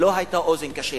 לא היתה אוזן קשבת.